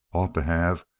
ought to have.